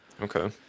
okay